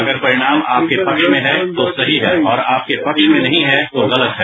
अगर परिणाम आपके पक्ष में है तो सही है और आपके पक्ष में नहीं है तो गलत है